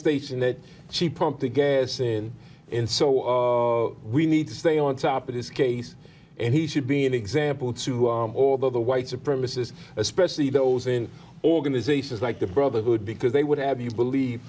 station that she pump the gas in and so we need to stay on top of his case and he should be an example to all the other white supremacists especially those in organizations like the brotherhood because they would have you believe